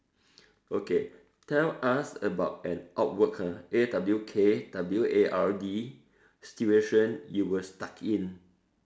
okay tell us about an awkward !huh! A W K W A R D situation you were stuck in